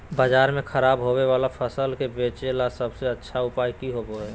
बाजार में खराब होबे वाला फसल के बेचे ला सबसे अच्छा उपाय की होबो हइ?